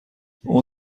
اون